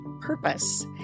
purpose